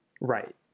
Right